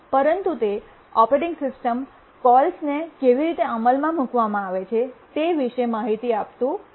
પરંતુ તે operating system કોલસને કેવી રીતે અમલમાં મૂકવામાં આવે છે તે વિશે માહિતી આપતું નથી